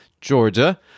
Georgia